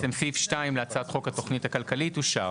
סעיף 2 להצעת חוק התכנית הכלכלית אושר.